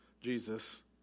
Jesus